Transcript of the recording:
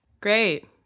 Great